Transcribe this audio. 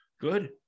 Good